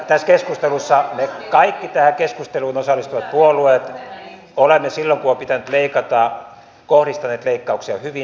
me kaikki tähän keskusteluun osallistuvat puolueet olemme silloin kun on pitänyt leikata kohdistaneet leikkauksia hyvin samantyyppisiin asioihin